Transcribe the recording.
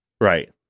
Right